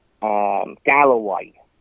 Galloway